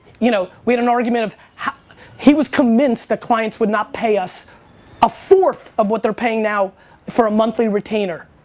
you know we had an argument of he was convinced that clients would not pay us a fourth of what they are paying now for a monthly retainer.